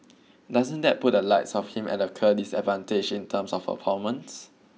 doesn't that put a lights of him at a clear disadvantage in terms of performance